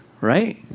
right